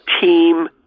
team